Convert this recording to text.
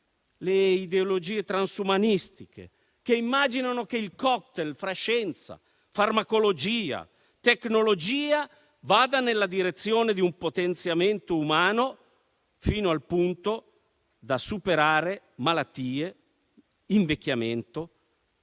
alle ideologie transumanistiche, che immaginano che il *cocktail* fra scienza, farmacologia e tecnologia vada nella direzione di un potenziamento umano, fino al punto da superare malattie, invecchiamento,